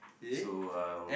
so um